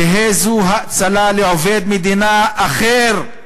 תהא זו האצלה לעובד מדינה אחר".